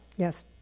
Yes